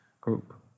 group